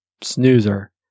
snoozer